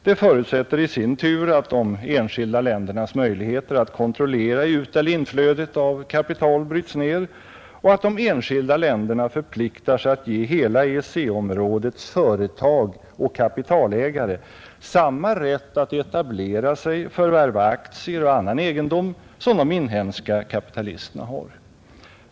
Det förutsätter i sin tur att de enskilda ländernas möjligheter att kontrollera utoch inflödet av kapital bryts ned och att de enskilda länderna förpliktar sig att ge hela EEC-områdets företag och kapitalägare samma rätt att etablera sig, förvärva aktier och annan egendom som de inhemska kapitalisterna har.